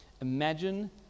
imagine